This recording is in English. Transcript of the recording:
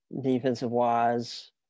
defensive-wise